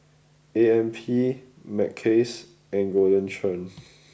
A M P Mackays and Golden Churn